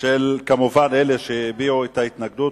כמובן של אלה שהביעו את ההתנגדות,